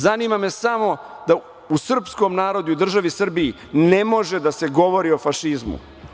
Zanima me samo da u srpskom narodu i državi Srbiji ne može da se govori o fašizmu.